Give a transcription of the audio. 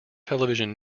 television